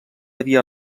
havia